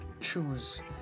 choose